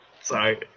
Sorry